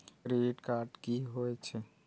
Credit card की होई छै?